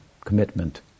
commitment